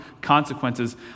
consequences